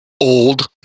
old